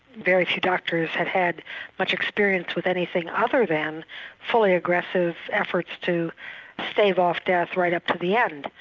very few doctors had had much experience with anything other than fully aggressive efforts to stave off death, right up to the end.